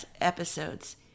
episodes